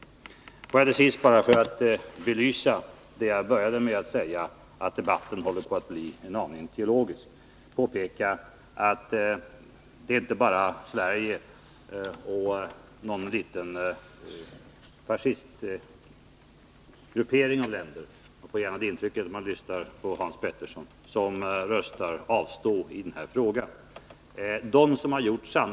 Får jag till sist, för att belysa det jag började med att säga, påpeka att det inte bara är Sverige och någon liten fascistgruppering av länder — man får gärna det intrycket när man lyssnar på Hans Petersson — som röstar ”avstår” i den här frågan.